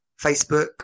Facebook